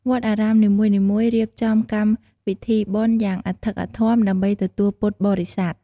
វត្តអារាមនីមួយៗរៀបចំកម្មវិធីបុណ្យយ៉ាងអធិកអធមដើម្បីទទួលពុទ្ធបរិស័ទ។